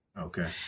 Okay